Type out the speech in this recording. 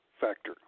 factor